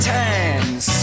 times